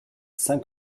cinq